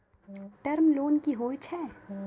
Term loan कि होय छै?